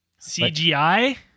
CGI